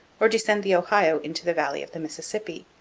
or descend the ohio into the valley of the mississippi.